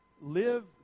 live